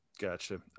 Gotcha